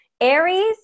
Aries